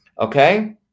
okay